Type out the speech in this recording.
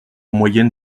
moyenne